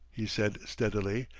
he said steadily,